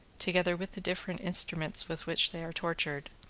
together with the different instruments with which they are tortured,